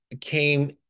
came